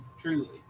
truly